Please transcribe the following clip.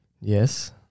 Yes